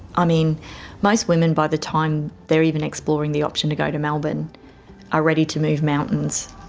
i mean most women by the time they're even exploring the option to go to melbourne are ready to move mountains.